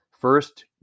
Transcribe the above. first